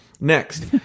next